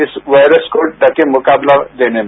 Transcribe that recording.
इस वायरस को डट के मुकाबला देने में